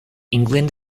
england